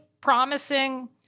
promising